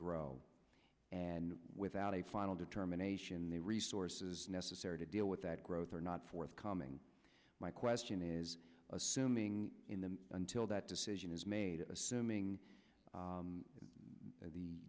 grow and without a final determination the resources necessary to deal with that growth are not forthcoming my question is assuming in them until that decision is made assuming